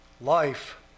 Life